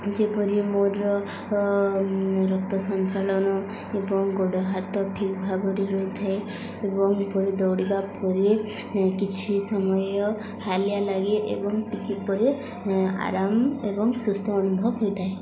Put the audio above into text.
ଯେପରି ମୋର ରକ୍ତ ସଞ୍ଚାଳନ ଏବଂ ଗୋଡ଼ ହାତ ଠିକ୍ ଭାବରେ ରହିଥାଏ ଏବଂ ଏପରି ଦୌଡ଼ିବା ପରେ କିଛି ସମୟ ହାଲିଆ ଲାଗେ ଏବଂ କିହିପରି ଆରାମ ଏବଂ ସୁସ୍ଥ ଅନୁଭବ ହୋଇଥାଏ